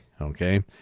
Okay